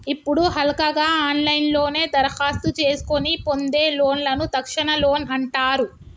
ఇప్పుడు హల్కగా ఆన్లైన్లోనే దరఖాస్తు చేసుకొని పొందే లోన్లను తక్షణ లోన్ అంటారు